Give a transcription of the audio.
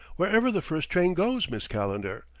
wherever the first train goes, miss calendar.